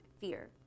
fear